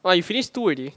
!wah! you finish two already